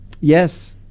Yes